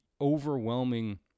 overwhelming